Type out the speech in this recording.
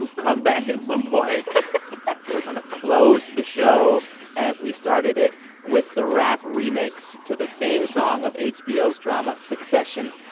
come back at some point we're going to close the show as we started it with the rap remix to the theme song of hbo's drama succession.